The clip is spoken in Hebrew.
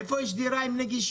איפה יש דירה עם נגישות,